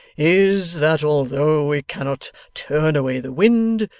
is, that although we cannot turn away the wind,